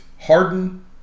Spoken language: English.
harden